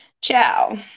Ciao